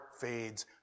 fades